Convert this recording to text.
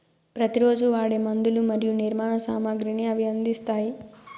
ప్రతి రోజు వాడే మందులు మరియు నిర్మాణ సామాగ్రిని ఇవి అందిస్తాయి